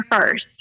first